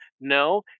No